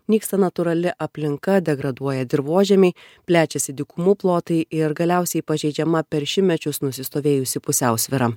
nyksta natūrali aplinka degraduoja dirvožemiai plečiasi dykumų plotai ir galiausiai pažeidžiama per šimtmečius nusistovėjusi pusiausvyra